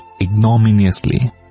ignominiously